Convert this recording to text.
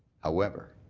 however,